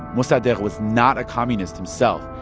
mossadegh was not a communist himself,